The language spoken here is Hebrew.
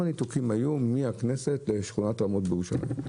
ניתוקים היו בדרך בין הכנסת לשכונת רמות בירושלים.